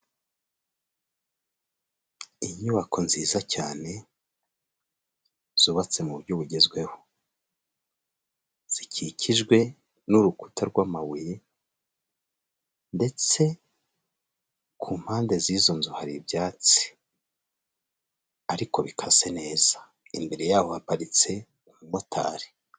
Inyubako nziza cyane zubatse mu buryo bugezweho zikikijwe n'urukuta rw'amabuye, ndetse ku mpande zizo nzu hari ibyatsi ariko bikase neza, imbere yaho haparitse umumotari.